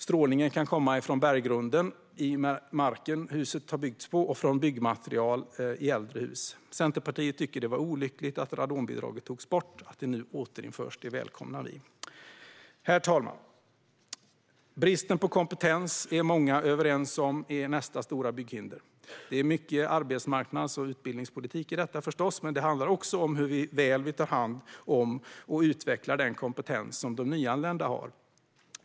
Strålningen kan komma från berggrunden i marken huset byggts på och från byggmaterial i äldre hus. Centerpartiet tycker att det var olyckligt att radonbidraget togs bort. Att det nu återinförs välkomnar vi. Herr talman! Många är överens om att bristen på kompetens är nästa stora bygghinder. Det är mycket arbetsmarknads och utbildningspolitik i detta. Det handlar också om hur väl vi tar hand om och utvecklar den kompetens som de nyanlända har.